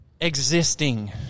existing